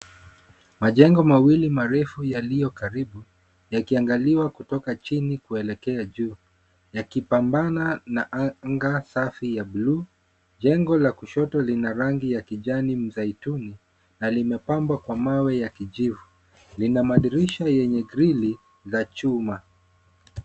Majengo mawili marefu yalio karibu, yakiangaliwa kutoka chini, kuelekea juu. Yakipambana na anga safi ya bluu. Jengo la kushoto, lina rangi ya kijani mzaituni, na limepambwa kwa mawe ya kijivu. Lina madirisha lenye grili, la chuma.